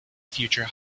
future